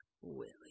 Willie